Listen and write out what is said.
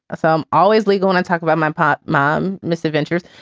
so i'm always legal and i'm talking about my pop mom misadventures.